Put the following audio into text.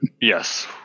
Yes